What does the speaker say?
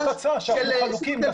אנחנו חלוקים.